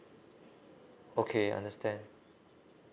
okay understand